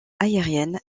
aérienne